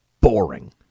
boring